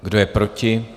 Kdo je proti?